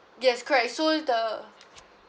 yes correct so the